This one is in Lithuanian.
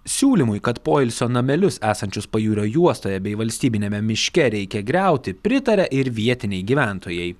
siūlymui kad poilsio namelius esančius pajūrio juostoje bei valstybiniame miške reikia griauti pritaria ir vietiniai gyventojai